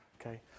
okay